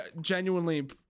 genuinely